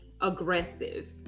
aggressive